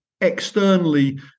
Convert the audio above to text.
externally